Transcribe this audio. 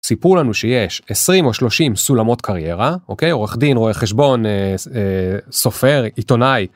סיפור לנו שיש 20 או 30 סולמות קריירה אוקיי עורך דין רואה חשבון סופר עיתונאי.